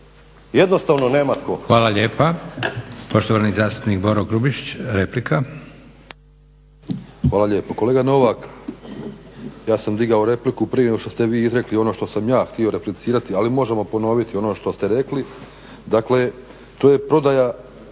jednostavno nema tko.